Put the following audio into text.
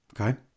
Okay